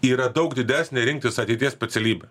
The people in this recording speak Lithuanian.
yra daug didesnė rinktis ateities specialybę